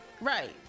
right